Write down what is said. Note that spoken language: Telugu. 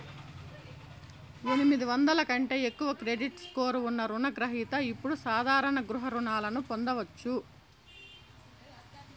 ఎనిమిది వందల కంటే ఎక్కువ క్రెడిట్ స్కోర్ ఉన్న రుణ గ్రహిత ఇప్పుడు సాధారణ గృహ రుణాలను పొందొచ్చు